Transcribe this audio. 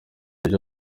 ejo